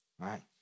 right